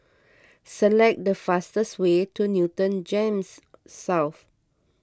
select the fastest way to Newton Gems South